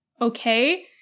okay